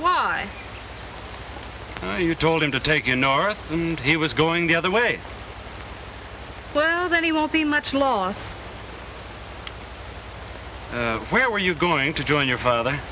why you told him to take in north and he was going the other way well then he won't be much loss where were you going to join your father